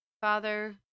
father